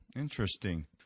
Interesting